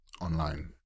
online